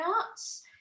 arts